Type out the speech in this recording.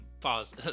Pause